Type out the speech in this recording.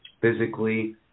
physically